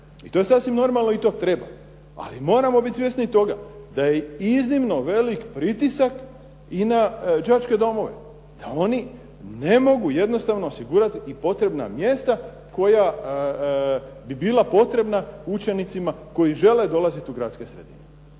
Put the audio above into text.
i to je sasvim normalno i to treba. Ali moramo bit svjesni i toga da je iznimno velik pritisak i na đačke domove, da oni ne mogu jednostavno osigurati i potrebna mjesta koja bi bila potrebna učenicima koji žele dolaziti u gradske sredine